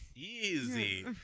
Easy